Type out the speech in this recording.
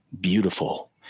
beautiful